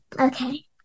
Okay